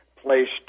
placed